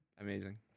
amazing